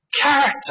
Character